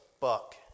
buck